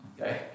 okay